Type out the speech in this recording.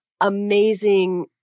amazing